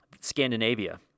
Scandinavia